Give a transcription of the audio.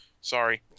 Sorry